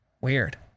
Weird